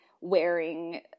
wearing